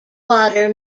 water